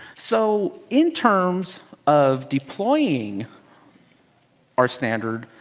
so in terms of deploying our standard,